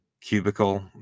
cubicle